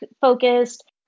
focused